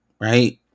Right